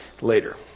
later